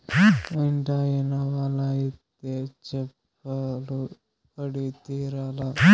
మా ఇంటాయన వల ఏత్తే చేపలు పడి తీరాల్ల